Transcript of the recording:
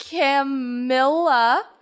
Camilla